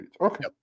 okay